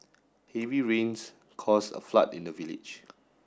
heavy rains caused a flood in the village